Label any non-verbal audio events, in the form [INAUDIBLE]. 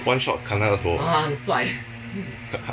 one shot 砍他的头 [LAUGHS]